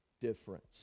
difference